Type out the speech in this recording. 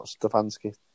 Stefanski